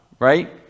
Right